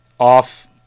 off